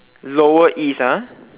lower East ah